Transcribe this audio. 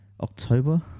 October